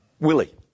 Willie